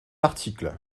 article